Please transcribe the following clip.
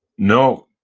no.